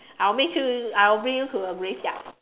I will make sure I will bring you to a graveyard